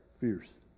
fierce